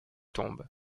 tombe